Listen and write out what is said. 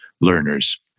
learners